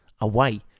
away